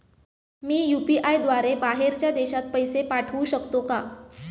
मी UPI द्वारे बाहेरच्या देशात पैसे पाठवू शकतो का?